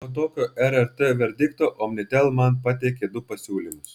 po tokio rrt verdikto omnitel man pateikė du pasiūlymus